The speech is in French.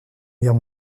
guerre